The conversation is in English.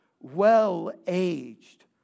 well-aged